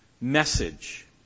message